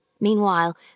Meanwhile